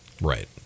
right